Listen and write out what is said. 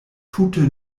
tute